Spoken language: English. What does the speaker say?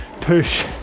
push